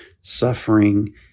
suffering